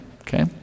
okay